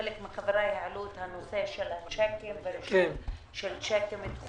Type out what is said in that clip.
חלק מחבריי העלו את הנושא של צ'קים וצ'קים דחויים.